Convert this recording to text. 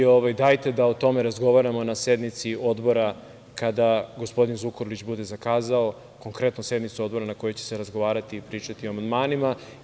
Dajte da o tome razgovaramo na sednici odbora kada gospodin Zukorlić bude zakazao konkretno sednicu odbora na kojoj će se razgovarati i pričati o amandmanima.